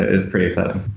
it's pretty exciting.